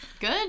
Good